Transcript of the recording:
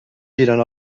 giren